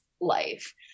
life